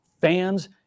fans